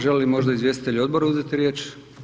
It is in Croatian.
Želi li možda izvjestitelji odbora uzeti riječ?